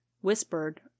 whispered